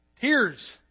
Tears